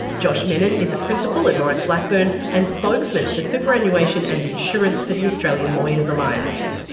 josh mennen is a principal at maurice blackburn and spokesman for superannuation and insurance for the australian lawyers alliance.